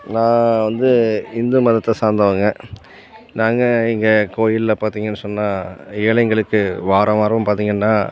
நான் வந்து இந்து மதத்தை சார்ந்தவங்க நாங்கள் இங்கே கோயிலில் பார்த்தீங்கன்னு சொன்னால் ஏழைங்களுக்கு வாராவாரம் பார்த்தீங்கன்னா